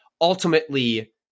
ultimately